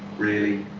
really.